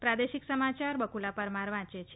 પ્રાદેશિક સમાચાર બકુલા પરમાર વાંચે છે